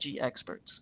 experts